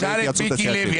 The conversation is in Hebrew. תשאל את מיקי לוי.